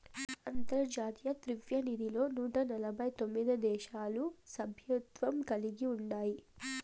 అంతర్జాతీయ ద్రవ్యనిధిలో నూట ఎనబై తొమిది దేశాలు సభ్యత్వం కలిగి ఉండాయి